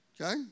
Okay